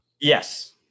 yes